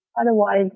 otherwise